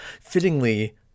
Fittingly